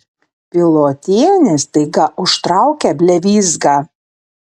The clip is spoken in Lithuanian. pilotienė staiga užtraukia blevyzgą